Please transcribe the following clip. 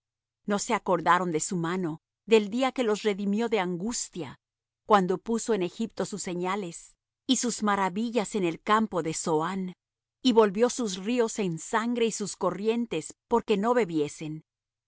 no se acordaron de su mano del día que los redimió de angustia cuando puso en egipto sus señales y sus maravillas en el campo de zoán y volvió sus ríos en sangre y sus corrientes porque no bebiesen